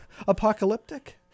Apocalyptic